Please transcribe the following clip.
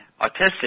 autistic